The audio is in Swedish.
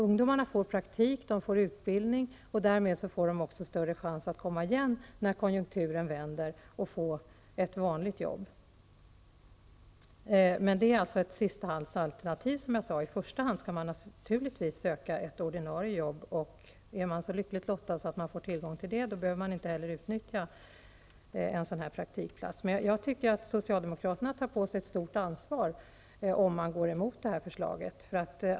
Ungdomarna får praktik och utbildning, och i och med det får de större chans till att komma igen, när konjunkturen vänder, och få ett vanligt jobb. Det är emellertid ett sistahandsalternativ som jag sade. I första hand skall man naturligtvis söka ett ordinarie jobb, och är man så lyckligt lottad att man får tillgång till ett sådant behöver man inte heller utnyttja en praktikplats. Socialdemokraterna tar på sig ett stort ansvar om de går emot förslaget.